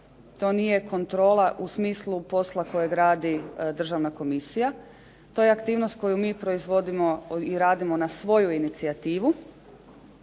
to nije kontrola u smislu posla kojeg radi državna komisija. To je aktivnost koju mi proizvodimo i radimo na svoju inicijativu